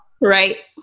Right